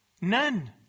None